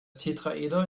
tetraeder